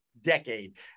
decade